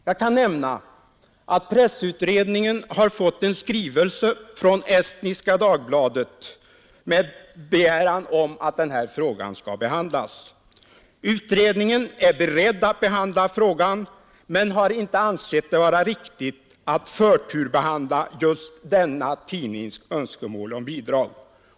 Jag kan nämna att pressutredningen har fått en skrivelse från Estniska Dagbladet med begäran om att den här frågan skall behandlas. Utredningen är beredd att behandla frågan men har inte ansett det vara riktigt att förtursbehandla just den här tidningens önskemål om bidrag.